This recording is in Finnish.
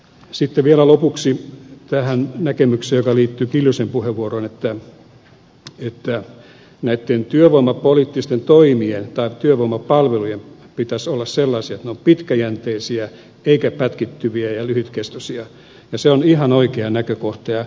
sitten vielä lopuksi tähän näkemykseen joka liittyy kiljusen puheenvuoroon että näitten työvoimapoliittisten toimien tai työvoimapalvelujen pitäisi olla sellaisia että ne ovat pitkäjänteisiä eivätkä pätkittyviä ja lyhytkestoisia ja se on ihan oikea näkökohta